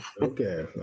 Okay